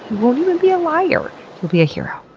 won't even be liar you'll be a hero.